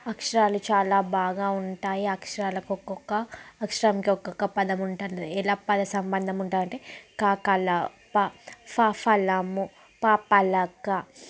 అక్షరాలు చాలా బాగా ఉంటాయి అక్షరాలకు ఒక్కొక్క అక్షరంకి ఒక్కొక్క పదం ఉంటుంది ఇలా పద సంబంధం ఉంటాయి అంటే క కలప ఫ ఫలము ప పలక